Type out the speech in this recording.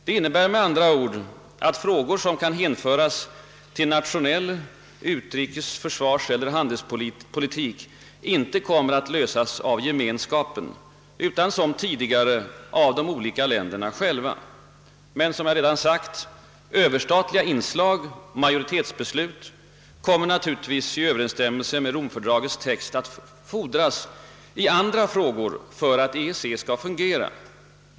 Detta innebär med andra ord att frågor som kan hänföras till vital nationell utrikes-, försvarseller handelspolitik inte kommer att lösas av Gemenskapen utan som tidigare av de olika länderna själva. Men överstatliga inslag, majoritetsbeslut, kommer naturligtvis i överensstämmelse med Romfördragets text att fordras i andra frågor för att EEC skall fungera.